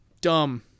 Dumb